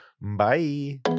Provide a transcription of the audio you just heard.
Bye